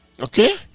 Okay